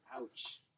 Ouch